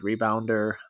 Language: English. rebounder